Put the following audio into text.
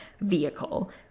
vehicle